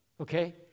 okay